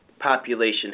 population